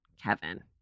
Kevin